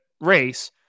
race